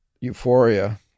euphoria